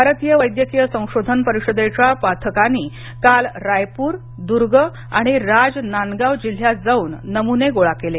भारतीय वैद्यकीय संशोधन परिषदे च्या पथकांनी काल रायपुर दुर्ग आणि राजनांदगाव जिल्ह्यात जाऊन नमुने गोळा केले